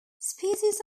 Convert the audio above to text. species